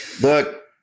Look